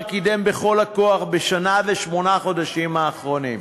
קידם בכל הכוח בשנה ושמונת החודשים האחרונים.